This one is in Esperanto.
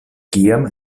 kiam